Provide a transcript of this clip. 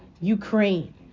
Ukraine